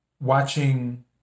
watching